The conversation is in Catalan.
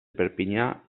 perpinyà